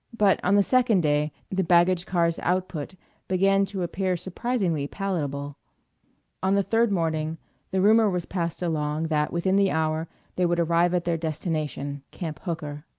but on the second day the baggage-car's output began to appear surprisingly palatable on the third morning the rumor was passed along that within the hour they would arrive at their destination, camp hooker.